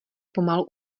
pomalu